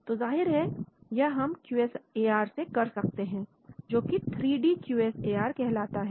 तो जाहिर है यह हम क्यू एस ए आर से कर सकते हैं जो कि three D Q S A R कहलाता है